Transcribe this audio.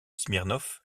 smirnov